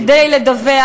כדי לדווח,